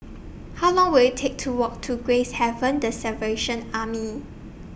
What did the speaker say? How Long Will IT Take to Walk to Gracehaven The Salvation Army